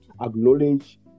acknowledge